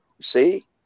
See